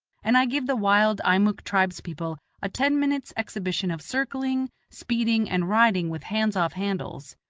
and i give the wild eimuck tribes-people a ten minutes' exhibition of circling, speeding, and riding with hands off handles.